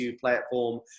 platform